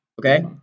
Okay